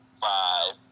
five